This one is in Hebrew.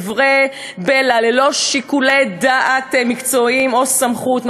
דברי בלע ללא שיקולי דעת מקצועיים או סמכות,